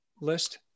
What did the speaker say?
list